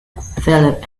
philip